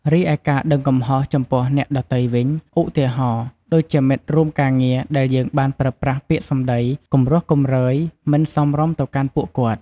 រីឯ ការដឹងកំហុសចំពោះអ្នកដទៃវិញ ឧទាហរណ៍ ដូចជាមិត្តរួមការងារដែលយើងបានប្រើប្រាស់ពាក្យសម្ដីគំរោះគំរើយមិនសមរម្យទៅកាន់ពួកគាត់។